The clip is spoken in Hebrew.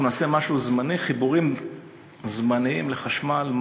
אנחנו נעשה משהו זמני: חיבורים זמניים לחשמל,